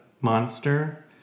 monster